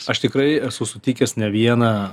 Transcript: aš tikrai esu sutikęs ne vieną